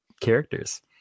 characters